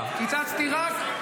--- בתקציבי החברה הערבית.